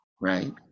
right